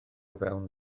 fewn